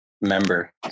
member